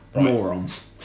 Morons